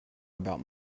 about